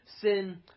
sin